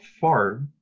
far